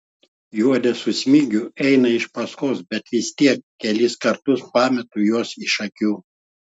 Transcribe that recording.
juodė su smigiu eina iš paskos bet vis tiek kelis kartus pametu juos iš akių